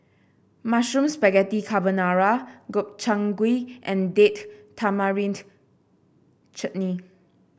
Mushroom Spaghetti Carbonara Gobchang Gui and Date Tamarind Chutney